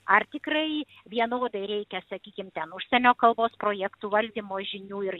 ar tikrai vienodai reikia sakykim ten užsienio kalbos projektų valdymo žinių ir